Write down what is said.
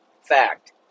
fact